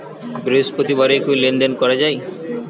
বৃহস্পতিবারেও কি লেনদেন করা যায়?